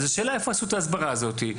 אז השאלה איפה עשו את ההסברה הזאת?